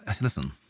listen